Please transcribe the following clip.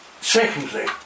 secondly